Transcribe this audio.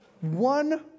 one